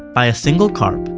buy a single carp,